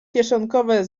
kieszonkowe